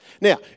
Now